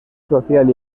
social